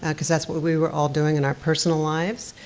ah because that's what we were all doing in our personal lives,